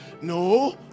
no